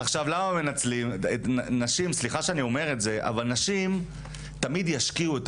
אני לא מבין מה ההיגיון פה בכלל.